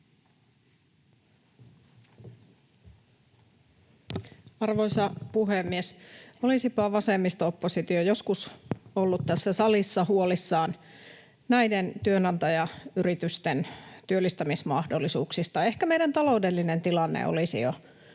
Arvoisa puhemies! Olisipa vasemmisto-oppositio joskus ollut tässä salissa huolissaan näiden työnantajayritysten työllistämismahdollisuuksista — ehkä meidän taloudellinen tilanteemme olisi jo